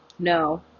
No